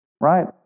Right